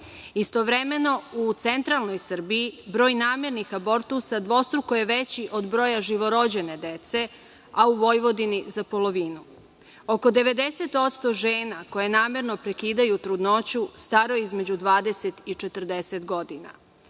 Istovremeno, u centralnoj Srbiji broj namernih abortusa dvostruko je veći od broja živorođene dece, a u Vojvodini za polovinu. Oko 90% žena koje namerno prekidaju trudnoću staro je između 20 i 40 godina.